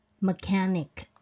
Mechanic